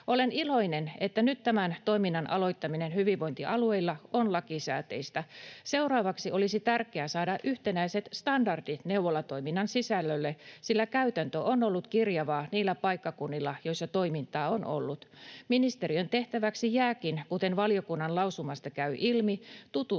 Olen iloinen, että nyt tämän toiminnan aloittaminen hyvinvointialueilla on lakisääteistä. Seuraavaksi olisi tärkeää saada yhtenäiset standardit neuvolatoiminnan sisällölle, sillä käytäntö on ollut kirjavaa niillä paikkakunnilla, joissa toimintaa on ollut. Ministeriön tehtäväksi jääkin — kuten valiokunnan lausumasta käy ilmi — tutustua